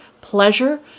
pleasure